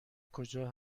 کجا